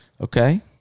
okay